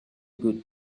good